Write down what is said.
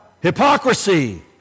Hypocrisy